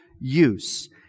use